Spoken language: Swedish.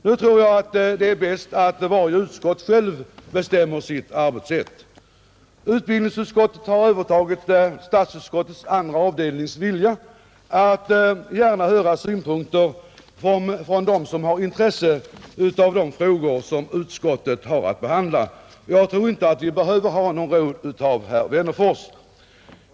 Nu tror jag att det är bäst att varje utskott självt bestämmer sitt arbetssätt. Utbildningsutskottet har övertagit statsutskottets andra avdelnings vilja att gärna höra synpunkter från dem som har intresse för de frågor utskottet har att behandla. Jag tror inte att vi behöver ha några råd av herr Wennerfors.